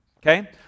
Okay